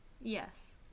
Yes